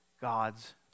God's